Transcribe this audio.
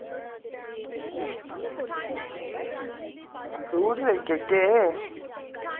fruit लेई जागे